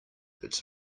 its